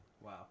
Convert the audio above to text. Wow